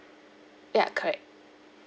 ya correct